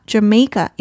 Jamaica 、